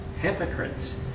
hypocrites